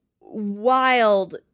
wild